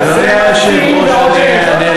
זה לא מתאים לך.